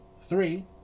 Three